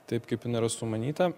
taip kaip jin yra sumanyta